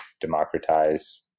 democratize